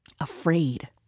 Afraid